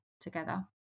together